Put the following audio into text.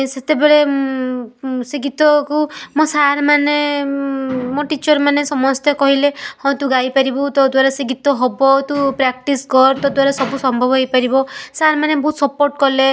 ସେତେବେଳେ ସେ ଗୀତକୁ ମୋ ସାର୍ମାନେ ମୋ ଟିଚର ମାନେ ସମସ୍ତେ କହିଲେ ହଁ ତୁ ଗାଇ ପାରିବୁ ତୋ ଦ୍ଵାରା ସେ ଗୀତ ହେବ ତୁ ପ୍ରାକ୍ଟିସ୍ କର ତୋ ଦ୍ଵାରା ସବୁ ସମ୍ଭବ ହେଇପାରିବ ସାର୍ମାନେ ବହୁତ ସପୋର୍ଟ କଲେ